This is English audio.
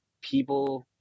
people